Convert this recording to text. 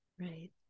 right